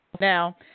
Now